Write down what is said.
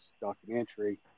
documentary